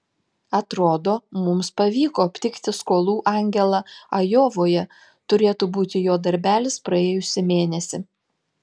atrodo mums pavyko aptikti skolų angelą ajovoje turėtų būti jo darbelis praėjusį mėnesį